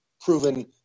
proven